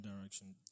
direction